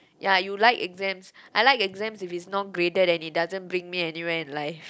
ya you like exams I like exams if it's non graded and it doesn't bring anywhere in life